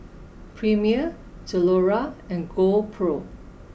Premier Zalora and GoPro